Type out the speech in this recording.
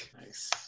Nice